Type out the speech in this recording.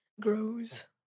grows